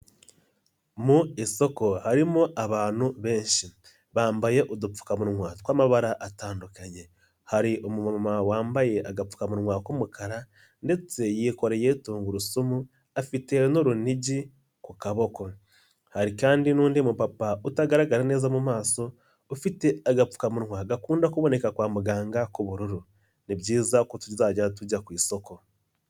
Mu isoko harimo abantu benshi bambaye udupfukamunwa tw'amabara atandukanye, hari umuntu wambaye agapfukamunwa k'umukara ndetse yikoreye tungurusumu afite n'urunigi ku kaboko. Hari kandi n'undi mupapa utagaragara neza mu maso ufite agapfukamunwa gakunda kuboneka kwa muganga k'ubururu. Ni byiza ko tuzajya tujya ku isoko.